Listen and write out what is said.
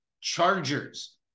chargers